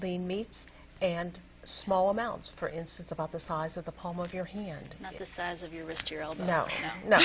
lean meats and small amounts for instance about the size of the palm of your hand the size of your